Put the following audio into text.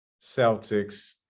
Celtics